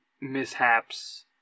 mishaps